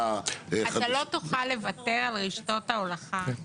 --- לא תוכל לוותר על רשתות ההולכה,